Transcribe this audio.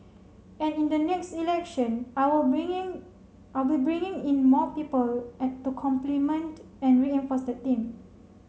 and in the next election I will bringing I will bringing in more people to complement and reinforce that team